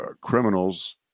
criminals